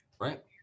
Right